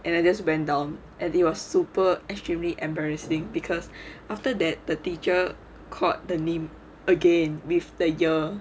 and I just went down and he was super extremely embarrassing because after that the teacher called the name again with the year